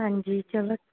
ਹਾਂਜੀ ਚਲੋ